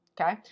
okay